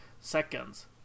seconds